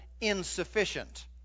insufficient